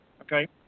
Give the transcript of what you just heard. Okay